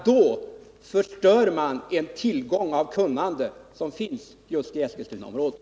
Då förstör man den tillgång av kunnande som finns just i Eskilstunaområdet.